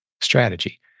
strategy